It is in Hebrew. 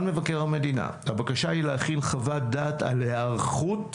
מבקר המדינה היא להכין חוות דעת על היערכות